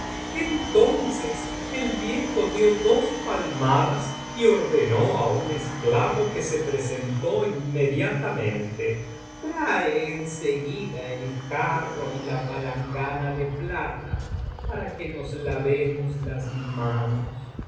entonces el viejo dio dos palmadas y ordenó á un esclavo que se presentó inmediatamente trae en seguida el jarro y la palangana de plata para que nos lavemos las manos